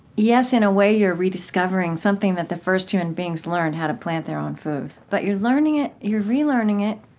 yes, in a way you're rediscovering something that the first human beings learned, how to plant their own food, but you're learning it relearning it,